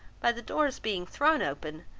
by the door's being thrown open,